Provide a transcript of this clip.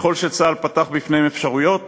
ככל שצה"ל פתח בפניהם אפשרויות